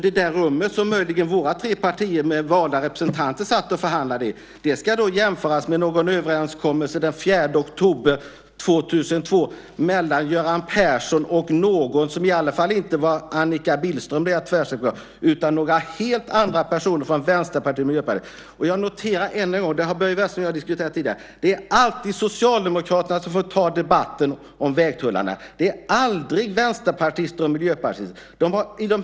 Det där rummet som möjligen våra tre partier med valda representanter satt och förhandlade i ska då jämföras med en överenskommelse den 4 oktober 2002 mellan Göran Persson och någon som i alla fall inte var Annika Billström, det är jag tvärsäker på. Det var några helt andra personer från Vänsterpartiet och Miljöpartiet. Jag noterar än en gång - det har Börje Vestlund och jag diskuterat tidigare - att det alltid är Socialdemokraterna som får ta debatten om vägtullarna. Vänsterpartister och miljöpartister deltar aldrig.